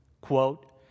quote